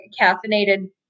caffeinated